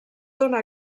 dóna